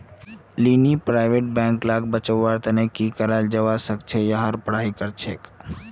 लीली private bank लाक बचव्वार तने की कराल जाबा सखछेक यहार पढ़ाई करछेक